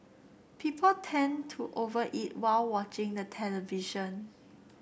people tend to over eat while watching the television